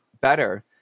better